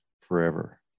forever